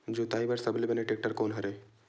जोताई बर सबले बने टेक्टर कोन हरे?